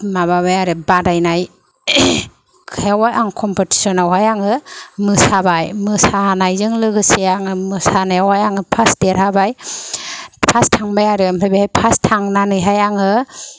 माबाबाय आरो बादायनाय आं कमपिटिसनावहाय आङो मोसाबाय मोसानायजों लोगोसे मोसानायाव हायो फार्स्ट देरहाबाय फार्स्ट थांबाय आरो ओमफ्राय बेहाय फार्स्ट थांनानैहाय आङो